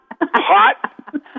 hot